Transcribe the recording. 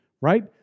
right